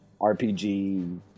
RPG